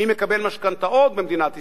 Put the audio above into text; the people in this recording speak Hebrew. מי מקבל משכנתאות במדינת ישראל.